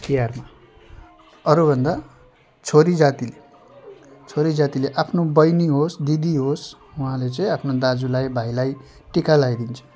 तिहारमा अरूभन्दा छोरी जातिले छोरी जातिले आफ्नो बैनी होस् दिदी होस् उहाँले चाहिँ आफ्नो दाजुलाई भाइलाई टिका लगाइदिन्छ